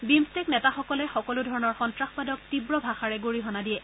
BIMSTEC নেতাসকলে সকলো ধৰণৰ সন্ত্ৰাসবাদক তীৱভাষাৰে গৰিহণা দিয়ে